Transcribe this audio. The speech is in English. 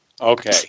Okay